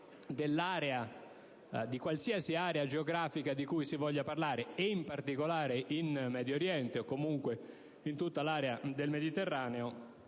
alla metà di qualsiasi area geografica di cui si voglia parlare e in particolare in Medio Oriente e in tutta l'area del Mediterraneo,